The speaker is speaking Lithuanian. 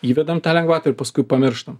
įvedam tą lengvatą ir paskui pamirštam